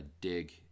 dig